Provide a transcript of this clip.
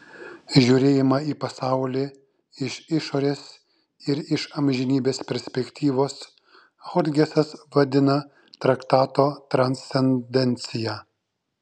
žiūrėjimą į pasaulį iš išorės ir iš amžinybės perspektyvos hodgesas vadina traktato transcendencija